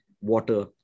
water